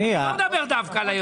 אני לא מדבר דווקא על היום.